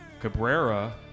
Cabrera